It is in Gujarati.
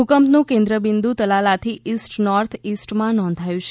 ભૂકંપનું કેન્દ્ર બિંદુ તાલાલાથી ઇસ્ટ નોર્થ ઇસ્ટમાં નોંધાયું છે